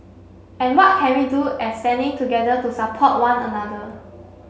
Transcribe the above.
and what can we do as standing together to support one another